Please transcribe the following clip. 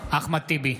אחמד טיבי,